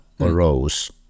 arose